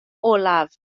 olaf